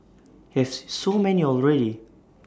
you have so many already